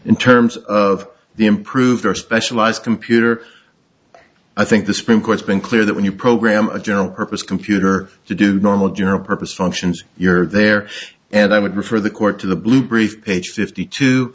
in terms of the improved our specialized computer i think the supreme court's been clear that when you program a general purpose computer to do normal general purpose functions you're there and i would refer the court to the blue brief page fifty two